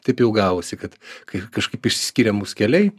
taip jau gavosi kad kai kažkaip išskiryrė mūs keliai